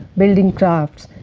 building crafts,